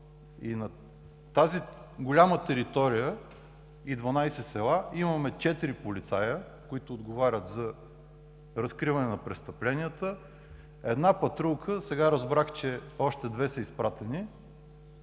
И на тази голяма територия – 12 села, имаме четири полицая, които отговарят за разкриване на престъпленията, и една патрулка, а сега разбрах, че още две са изпратени.